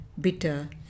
bitter